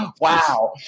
Wow